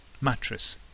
Mattress